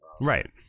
Right